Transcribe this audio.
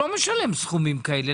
לא משלם סכומים כאלה?